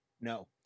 No